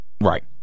Right